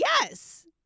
yes